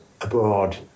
abroad